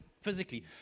physically